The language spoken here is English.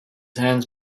hands